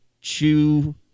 chew